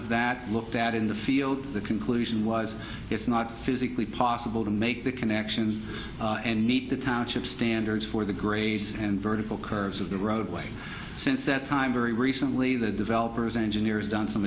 of that looked at in the field the conclusion was it's not physically possible to make the connections and meet the township standards for the grade and vertical curves of the roadway since that time very recently the developers engineers done some